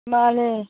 ꯃꯥꯟꯅꯦ